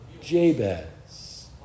Jabez